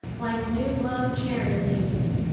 like new-blown cherry-leaves,